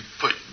put